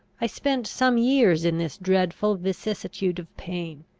i spent some years in this dreadful vicissitude of pain.